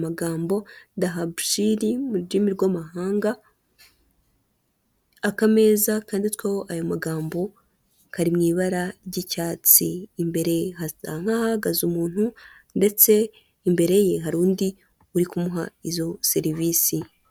n'abagabo bambaye amakositimu. Inyuma yabo hari icyapa cy'ikigo cy'igihugu cy'ubwisungane mu kwivuza.